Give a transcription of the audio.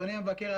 אדוני המבקר,